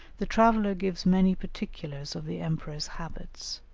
the traveller gives many particulars of the emperor's habits,